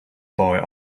boy